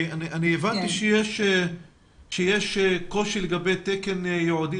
אני הבנתי שיש קושי לגבי תקן ייעודי